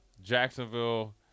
jacksonville